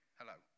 hello